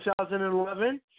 2011